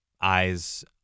eyes